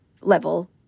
level